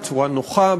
בצורה נוחה,